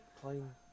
playing